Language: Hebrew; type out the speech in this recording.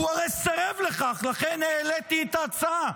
הוא הרי סירב לכך, לכן העליתי את ההצעה.